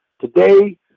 today